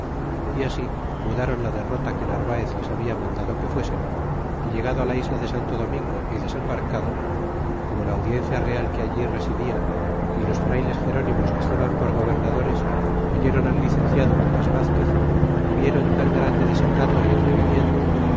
y así mudron la derrota que narvaez les había mandado que fuesen y llegado á la isla de santo domingo y desembarcado como la audiencia real que allí residia y los frayles gernimos que estaban por gobernadores oyeron al licenciado lucas vazquez y vieron tan grande desacato é atrevimiento